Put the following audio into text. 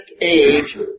age